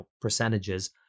percentages